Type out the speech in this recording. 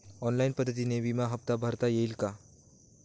Online पद्धतीने विमा हफ्ता भरता येईल का?